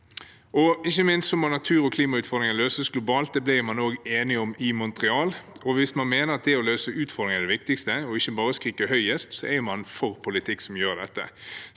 Ikke minst må natur- og klimautfordringer løses globalt. Det ble man også enige om i Montreal. Hvis man mener at det å løse utfordringer er det viktigste, og ikke bare å skrike høyest, er man for politikk som gjør dette.